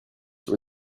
were